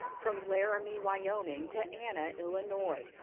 from laramie, wyoming, to anna, illinois,